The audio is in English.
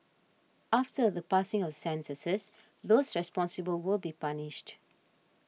after the passing of sentences those responsible will be punished